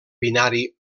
binari